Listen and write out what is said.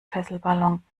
fesselballon